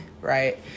right